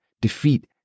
defeat